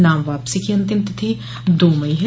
नाम वापसी की अंतिम तिथि दो मई है